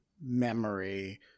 memory